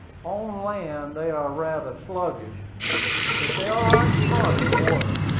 on land they are rather sluggish but they are right smart in the water.